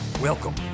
Welcome